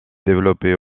développait